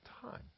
time